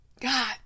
God